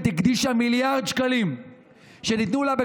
הקדישו מיליארד שקלים שניתנו להם,